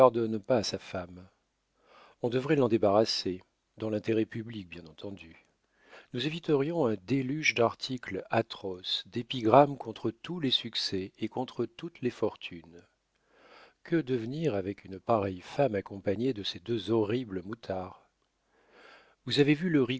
pas sa femme on devrait l'en débarrasser dans l'intérêt public bien entendu nous éviterions un déluge d'articles atroces d'épigrammes contre tous les succès et contre toutes les fortunes que devenir avec une pareille femme accompagnée de ces deux horribles moutards vous avez vu le